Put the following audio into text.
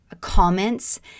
comments